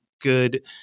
good